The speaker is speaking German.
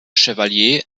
chevalier